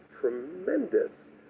tremendous